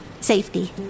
Safety